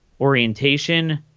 orientation